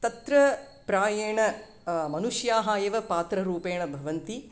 तत्र प्रायेण मनुष्याः एव पात्ररूपेण भवन्ति